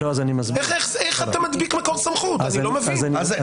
איך אתה מדביק מקור סמכות, אני לא מבין.